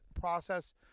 process